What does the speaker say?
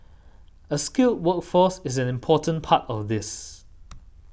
a skilled workforce is an important part of this